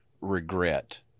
regret